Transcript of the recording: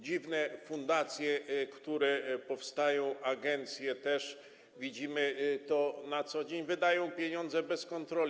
Dziwne fundacje, które powstają, agencje też - widzimy to na co dzień - wydają pieniądze bez kontroli.